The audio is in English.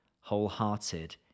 wholehearted